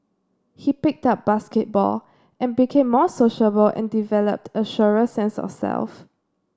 he picked up basketball and became more sociable and developed a surer sense of self